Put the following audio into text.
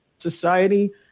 Society